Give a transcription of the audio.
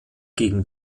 gegen